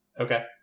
Okay